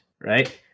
Right